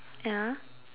ya